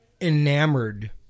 enamored